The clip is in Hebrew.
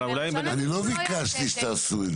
אבל אולי הם מדברים --- אני לא ביקשתי שתעשו את זה.